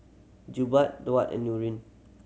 Jebat Daud and Nurin